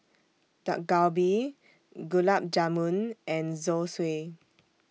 Dak Galbi Gulab Jamun and Zosui